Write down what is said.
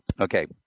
okay